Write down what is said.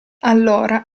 allora